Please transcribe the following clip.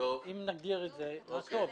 אם נגדיר את זה, מה טוב.